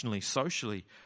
socially